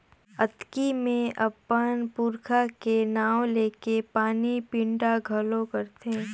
अक्ती मे अपन पूरखा के नांव लेके पानी पिंडा घलो करथे